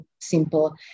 simple